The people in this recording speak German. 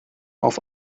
auf